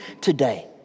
today